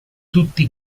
tutti